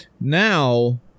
now